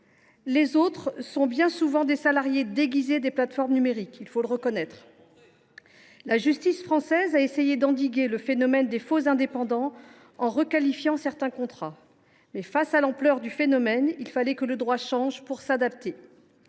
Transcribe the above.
Les autres sont bien souvent des salariés déguisés des plateformes numériques, il faut bien le reconnaître. La justice française a essayé d’endiguer le phénomène des faux indépendants en requalifiant certains contrats, mais, face à l’ampleur du phénomène, il fallait que le droit change. C’est